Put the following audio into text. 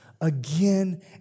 again